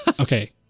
okay